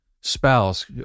spouse